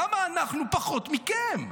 למה אנחנו פחות מכם?